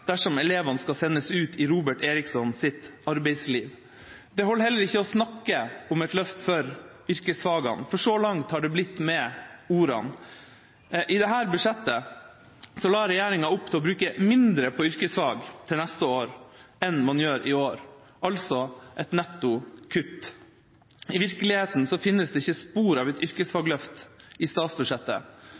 dersom elevene skal sendes ut i Robert Erikssons arbeidsliv. Det holder heller ikke å snakke om et løft for yrkesfagene, for så langt har det blitt med ordene. I dette budsjettet la regjeringa opp til å bruke mindre på yrkesfag til neste år enn man gjør i år, altså et netto kutt. I virkeligheten finnes det ikke spor av et yrkesfagløft i statsbudsjettet.